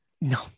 No